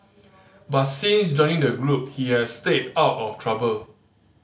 but since joining the group he has stayed out of trouble